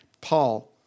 Paul